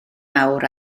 awr